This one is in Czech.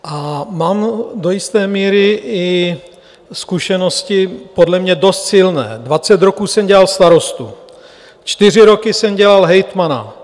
Mám do jisté míry i zkušenosti, podle mě dost silné, dvacet roků jsem dělal starostu, čtyři roky jsem dělal hejtmana.